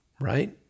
right